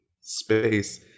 space